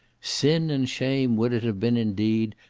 sin and shame would it have been, indeed,